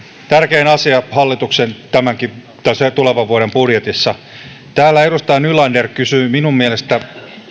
tärkein asia hallituksen tulevan vuoden budjetissa täällä edustaja nylander kysyi minun mielestäni